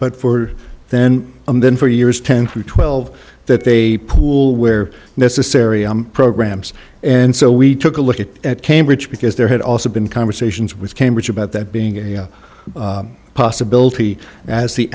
but for then and then for years ten through twelve that they pool where necessary programs and so we took a look at at cambridge because there had also been conversations with cambridge about that being a possibility as the